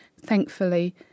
Thankfully